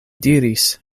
diris